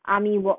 army work